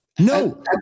No